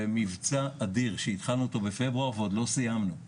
זה מבצע אדיר שהתחלנו בפברואר ועוד לא סיימנו,